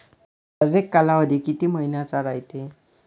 हरेक कालावधी किती मइन्याचा रायते?